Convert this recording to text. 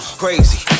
crazy